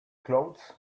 clothes